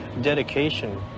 dedication